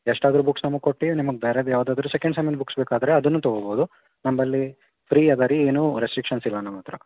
ಎಷ್ಟಾದರು books ನಮಗೆ ಕೊಟ್ಟು ನಿಮ್ಗೆ ಬೇರೇದ್ ಯಾವುದಾದ್ರು ಸೆಕೆಂಡ್ ಸೆಮ್ಮಿಂದು ಬುಕ್ಸ್ ಬೇಕಾದರೆ ಅದನ್ನು ತೊಗೋಬೋದು ನಮ್ಮಲ್ಲಿ ಫ್ರೀ ಇದೆ ರೀ ಏನೂ ರೆಸ್ಟ್ರಿಕ್ಷನ್ಸ್ ಇಲ್ಲ ನಮ್ಮ ಹತ್ರ